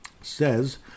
says